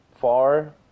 far